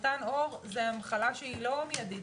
סרטן עור זו מחלה שהיא לא מידית,